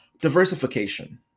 diversification